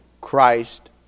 Christ